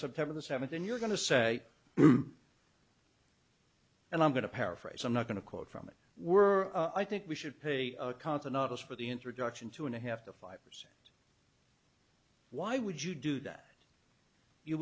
september the seventh and you're going to say and i'm going to paraphrase i'm not going to quote from it were i think we should pay continentals for the introduction two and a half to five years why would you do that you